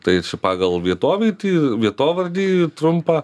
tai čia pagal vietovietį vietovardį trumpą